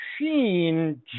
machine